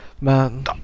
Man